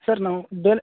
sir ನಾವು ಬೇಲೆ